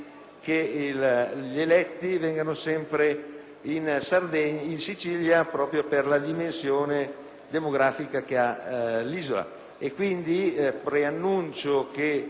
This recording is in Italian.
che gli eletti venissero sempre dalla Sicilia proprio per la dimensione demografica di quest'isola.